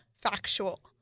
factual